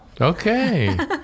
Okay